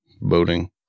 boating